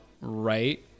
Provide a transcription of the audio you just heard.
right